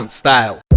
style